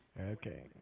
Okay